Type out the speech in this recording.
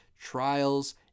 trials